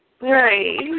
Right